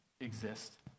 exist